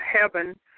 heaven